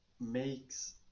makes